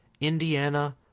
Indiana